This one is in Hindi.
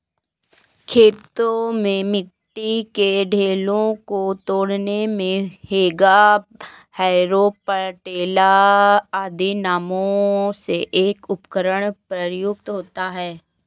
खेतों में मिट्टी के ढेलों को तोड़ने मे हेंगा, हैरो, पटेला आदि नामों से एक उपकरण प्रयुक्त होता है